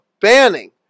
banning